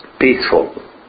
peaceful